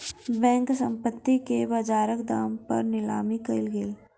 bank, संपत्ति के बजारक दाम पर नीलामी कयलक